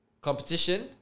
competition